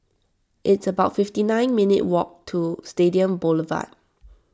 it's about fifty nine minutes' walk to Stadium Boulevard